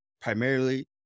primarily